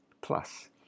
Plus